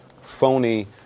phony